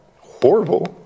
horrible